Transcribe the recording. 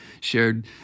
shared